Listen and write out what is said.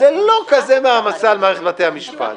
זה לא כזאת מעמסה על מערכת בתי המשפט.